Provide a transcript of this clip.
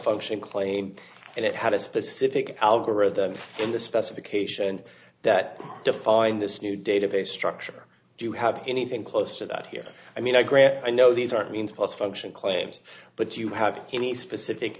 function clane and it had a specific algorithm in the specification that defined this new database structure do you have anything close to that here i mean i grant i know these aren't means plus function claims but you have any specific